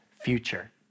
future